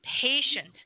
patient